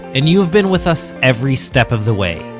and you've been with us every step of the way.